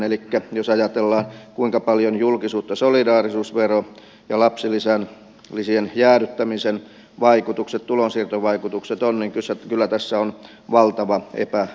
elikkä jos ajatellaan kuinka paljon julkisuutta solidaarisuusvero ja lapsilisien jäädyttämisen vaikutukset tulonsiirtovaikutukset saavat niin kyllä tässä on valtava epäsuhta